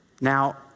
Now